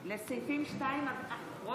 הסתייגות מס' 2 לא